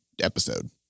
episode